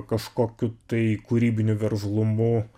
kažkokiu tai kūrybiniu veržlumu